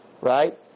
right